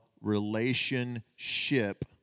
relationship